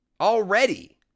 already